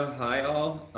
hi all,